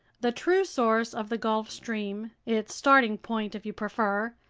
the true source of the gulf stream, its starting point, if you prefer,